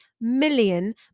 million